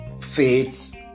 faith